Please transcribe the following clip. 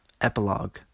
Epilogue